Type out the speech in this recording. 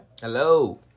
Hello